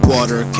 Water